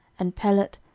and pelet,